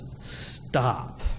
stop